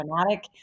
fanatic